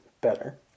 better